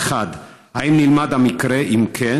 אם תהיה באולם,